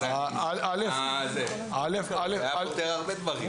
זה היה פותר הרבה דברים.